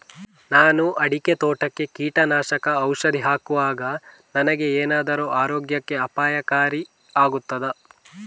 ನಾನು ಅಡಿಕೆ ತೋಟಕ್ಕೆ ಕೀಟನಾಶಕ ಔಷಧಿ ಹಾಕುವಾಗ ನನಗೆ ಏನಾದರೂ ಆರೋಗ್ಯಕ್ಕೆ ಅಪಾಯಕಾರಿ ಆಗುತ್ತದಾ?